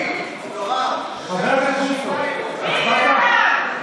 חבר הכנסת בוסו, הצבעת?